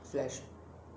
flash